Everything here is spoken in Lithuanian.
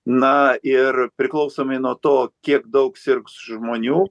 na ir priklausomai nuo to kiek daug sirgs žmonių